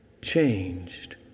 changed